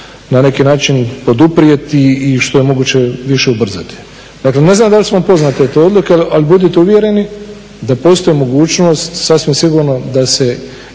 na neki način poduprijeti i što je moguće više ubrzati. Dakle ne znam da li su vam poznate te odluke, ali budite uvjereni da postoji mogućnost sasvim sigurno da se